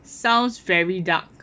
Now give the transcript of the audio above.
sounds very dark